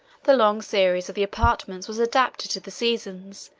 the long series of the apartments was adapted to the seasons,